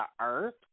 earth